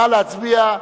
נא להצביע.